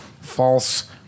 false